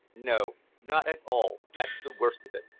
no, not at all. that's the worst of it.